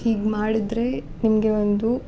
ಹೀಗೆ ಮಾಡಿದರೆ ನಮಗೆ ಒಂದು